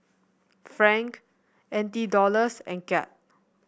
franc N T Dollars and Kyat